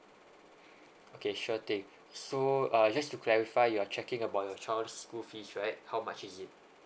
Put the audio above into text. okay sure thing so err just to clarify you're checking about your child school fees right how much is it